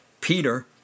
Peter